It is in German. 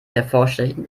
hervorstechend